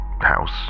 house